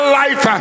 life